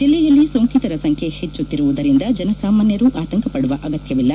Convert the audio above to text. ಜಿಲ್ಲೆಯಲ್ಲಿ ಸೊಂಕಿತರ ಸಂಖ್ಯೆ ಹೆಚ್ಚುತ್ತಿರುವುದರಿಂದ ಜನ ಸಾಮಾನ್ಯರು ಆತಂಕಪಡುವ ಅಗತ್ಯವಿಲ್ಲ